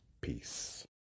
Peace